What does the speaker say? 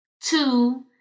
Two